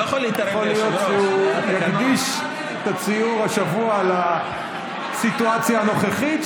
יכול להיות שהוא יקדיש את הציור השבוע לסיטואציה הנוכחית,